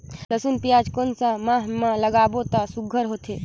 लसुन पियाज कोन सा माह म लागाबो त सुघ्घर होथे?